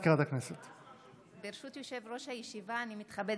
אני קובע